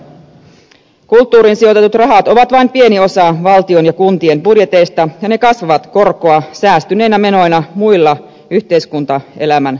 kulttuuriin sijoitetut rahat ovat vain pieni osa valtion ja kuntien budjetista ja ne kasvavat korkoa säästyneinä menoina muilla yhteiskuntaelämän lohkoilla